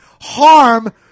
harm